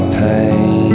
pain